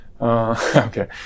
Okay